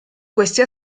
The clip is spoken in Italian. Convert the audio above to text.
questi